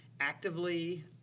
Actively